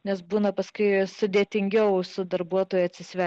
nes būna paskui sudėtingiau su darbuotoja atsisve